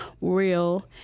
real